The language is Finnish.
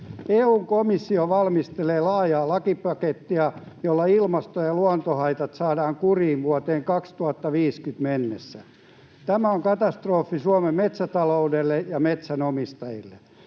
EU:n komissio valmistelee laajaa lakipakettia, jolla ilmasto- ja luontohaitat saadaan kuriin vuoteen 2050 mennessä. Tämä on katastrofi Suomen metsätaloudelle ja metsänomistajille.